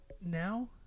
Now